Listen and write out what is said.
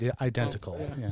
identical